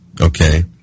Okay